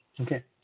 Okay